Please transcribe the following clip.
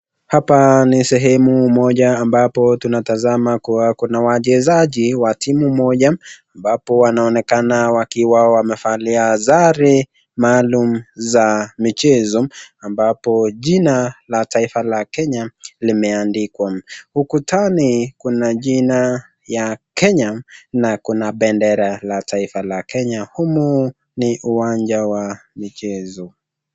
Hapa ni sehmu moja ambapo tunatazama kuwa kuna wachezaji wa timu moja ambapo wanaonekana wakiwa wamevalia sare maalum za michezo ambapo jina la taifa la Kenya limeandikwa. Ukutani kuna jina ya Kenye na kuna bendera la taifa la Kenya. Humu ni uwanja wa michezo.